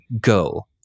Go